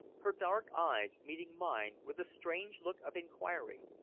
her dark eyes meeting mine with a strange look of inquiry.